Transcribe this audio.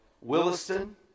Williston